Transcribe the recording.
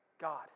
God